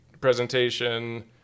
presentation